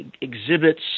exhibits